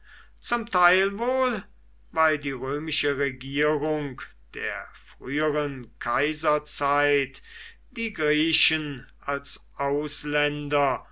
zum teil wohl weil die römische regierung der früheren kaiserzeit die griechen als ausländer